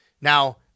Now